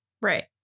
Right